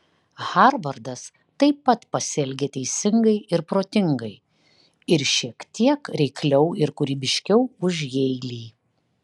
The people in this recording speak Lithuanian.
harvardas taip pat pasielgė teisingai ir protingai ir šiek tiek reikliau ir kūrybiškiau už jeilį